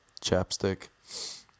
chapstick